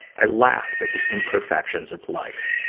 i laughed at the imperfections of life.